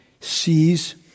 sees